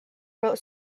wrote